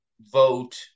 vote